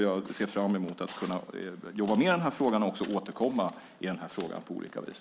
Jag ser fram emot att jobba mer i denna fråga och också att återkomma i den på olika vis.